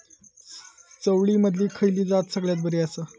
चवळीमधली खयली जात सगळ्यात बरी आसा?